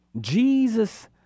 Jesus